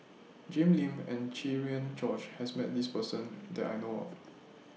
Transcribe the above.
Jim Lim and Cherian George has Met This Person that I know of